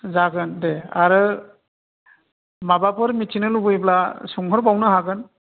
जागोन दे आरो माबाफोर मिथिनो लुबैब्ला सोंहरबावनो हागोन